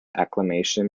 acclamation